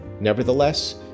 Nevertheless